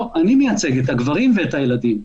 לא, אני מייצג את הגברים ואת הילדים.